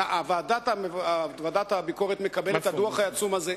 ועדת הביקורת מקבלת את הדוח העצום הזה,